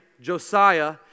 Josiah